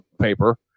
paper